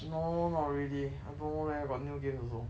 no not really I don't know leh got new games also